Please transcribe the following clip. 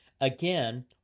Again